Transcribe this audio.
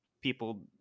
people